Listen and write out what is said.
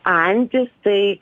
antys tai